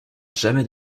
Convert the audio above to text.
jamais